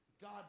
God